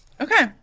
Okay